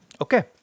Okay